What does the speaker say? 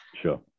Sure